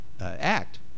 act